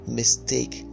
mistake